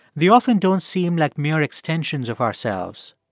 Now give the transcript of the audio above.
they often don't seem like mere extensions of ourselves.